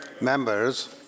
members